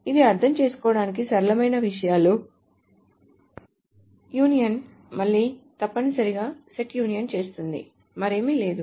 ఇవి అర్థం చేసుకోవడానికి సరళమైన విషయాలు కాబట్టి యూనియన్ మళ్ళీ తప్పనిసరిగా సెట్ యూనియన్ను చేస్తుంది మరేమీ లేదు